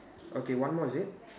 okay one more is it